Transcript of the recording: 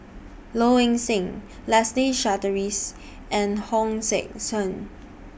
Low Ing Sing Leslie Charteris and Hong Sek Chern